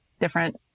different